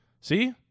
See